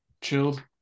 chilled